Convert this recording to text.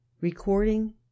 Recording